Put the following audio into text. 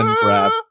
Grab